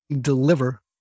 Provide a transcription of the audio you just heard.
deliver